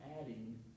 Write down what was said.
adding